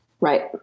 Right